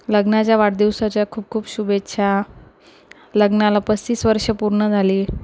लग्नाच्या वाढदिवसाच्या खूप खूप शुभेच्छा लग्नाला पस्तीस वर्षं पूर्ण झाली